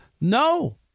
No